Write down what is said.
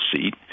seat